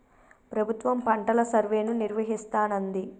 ప్రభుత్వం పంటల సర్వేను నిర్వహిస్తానంది